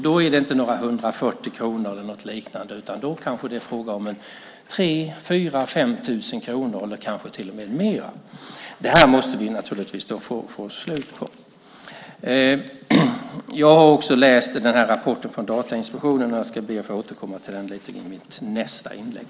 Då är det inte fråga om några 140 kronor, utan då kan det vara fråga om 3 000-5 000 kronor eller kanske till och med mer. Det här måste vi naturligtvis få slut på. Jag har också läst rapporten från Datainspektionen, och jag ska be att få återkomma till den i mitt nästa inlägg.